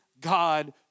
God